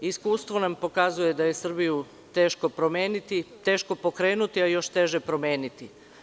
Iskustvo nam pokazuje da je Srbiju teško promeniti, teško pokrenuti, a još teže promeniti.